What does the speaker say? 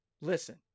Listen